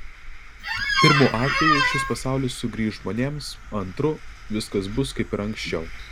pirmu atveju šis pasaulis sugrįš žmonėms antru viskas bus kaip ir anksčiau